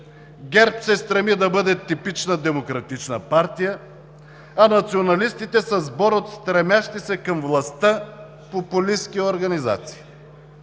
ГЕРБ се стреми да бъде типична демократична партия, а националистите са сбор от стремящи се към властта популистки организации.